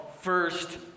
First